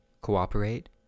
Cooperate